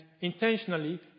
intentionally